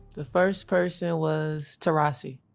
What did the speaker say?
the first person was taurasi.